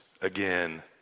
again